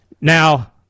Now